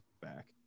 back